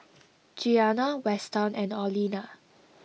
Gianna Weston and Orlena